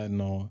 no